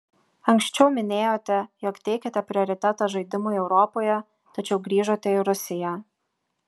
anksčiau minėjote jog teikiate prioritetą žaidimui europoje tačiau grįžote į rusiją